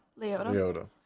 Leota